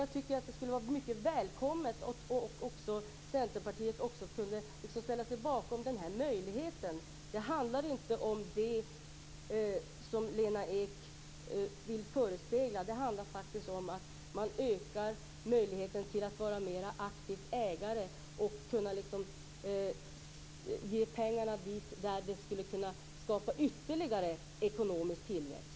Jag tycker att det skulle vara mycket välkommet om också Centerpartiet kunde ställa sig bakom denna möjlighet. Det handlar inte om det som Lena Ek vill förespegla. Det handlar faktiskt om att man ökar möjligheten för löntagarna att vara mera aktiva ägare och placera pengarna där de skulle kunna skapa ytterligare ekonomisk tillväxt.